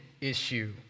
issue